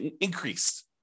increased